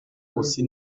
aussi